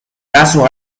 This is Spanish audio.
caso